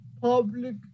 public